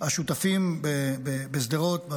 השותפים בשדרות,